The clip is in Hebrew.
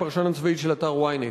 הפרשן הצבאי של אתר ynet,